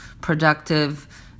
productive